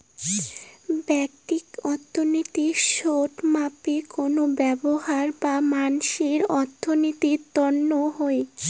ব্যষ্টিক অর্থনীতি ছোট মাপে কোনো ব্যবছার বা মানসির অর্থনীতির তন্ন হউ